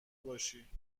باشی